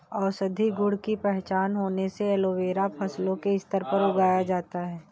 औषधीय गुण की पहचान होने से एलोवेरा अब फसलों के स्तर पर उगाया जाता है